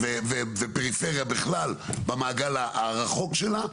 ופריפריה בכלל, במעגל הרחוק שלה.